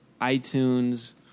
iTunes